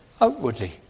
outwardly